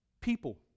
people